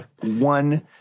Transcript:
one